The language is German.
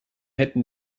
hätten